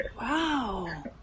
Wow